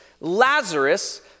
Lazarus